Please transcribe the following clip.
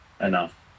enough